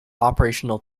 operational